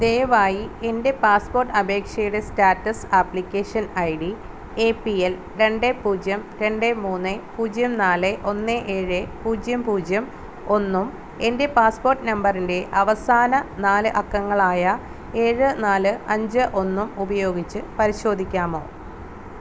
ദയവായി എൻ്റെ പാസ്പോർട്ട് അപേക്ഷയുടെ status application I D A P L രണ്ട് പൂജ്യം രണ്ട് മൂന്ന് പൂജയാണ് നാല് ഏഴ് പൂജ്യം പൂജ്യം ഒന്നും എൻ്റെ പാസ്പോർട്ട് നമ്പറിൻ്റെ അവസാന നാല് അക്കങ്ങളായ ഏഴ് നാല് അഞ്ച് ഒന്നും ഉപയോഗിച്ച് പരിശോധിക്കാമോ